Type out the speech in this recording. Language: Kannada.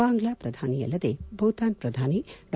ಬಾಂಗ್ಲಾ ಪ್ರಧಾನಿ ಅಲ್ಲದೆ ಭೂತಾನ್ ಪ್ರಧಾನಿ ಡಾ